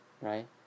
Right